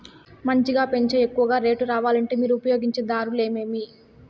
మంచిగా పెంచే ఎక్కువగా రేటు రావాలంటే మీరు ఉపయోగించే దారులు ఎమిమీ?